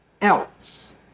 else